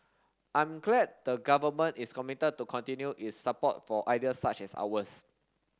I'm glad the Government is committed to continue its support for ideas such as ours